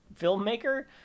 filmmaker